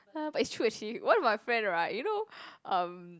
but it's true actually one of my friend right you know um